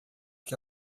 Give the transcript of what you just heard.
que